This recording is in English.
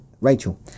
Rachel